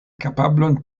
kapablon